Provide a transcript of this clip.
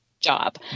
job